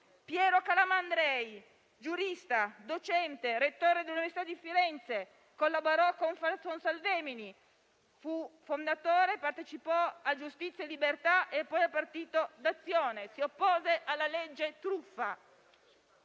Piero Calamandrei, giurista, docente e rettore dell'Università di Firenze, collaborò con Salvemini, fu fondatore e partecipò a Giustizia e Libertà e poi al Partito d'Azione e si oppose alla legge truffa.